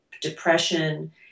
depression